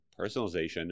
personalization